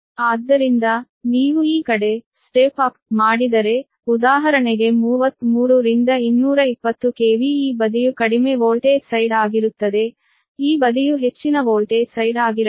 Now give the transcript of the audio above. ಆದ್ದರಿಂದ ನೀವು ಈ ಕಡೆ ಸ್ಟೆಪ್ ಅಪ್ ಮಾಡಿದರೆ ಉದಾಹರಣೆಗೆ 33 ರಿಂದ 220 kv ಈ ಬದಿಯು ಕಡಿಮೆ ವೋಲ್ಟೇಜ್ ಸೈಡ್ ಆಗಿರುತ್ತದೆ ಈ ಬದಿಯು ಹೆಚ್ಚಿನ ವೋಲ್ಟೇಜ್ ಸೈಡ್ ಆಗಿರಬೇಕು